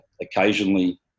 occasionally